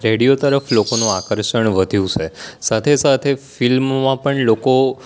radio તરફ લોકોનું આકર્ષણ વધ્યું છે સાથે સાથે ફિલ્મમાં પણ લોકો